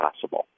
possible